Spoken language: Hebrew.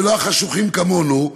ולא החשוכים כמונו,